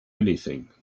anything